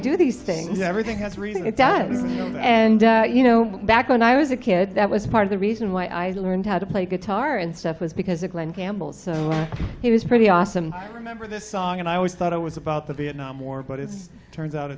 do these things everything has reading it dances and you know back when i was a kid that was part of the reason why i learned how to play guitar and stuff was because it glen campbell so it was pretty awesome remember the song and i always thought it was about the vietnam war but it turns out